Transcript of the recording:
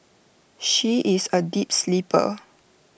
she is A deep sleeper